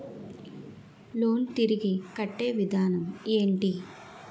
Loan తిరిగి కట్టే విధానం ఎంటి?